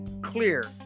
clear